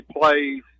plays